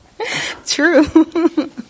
True